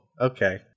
okay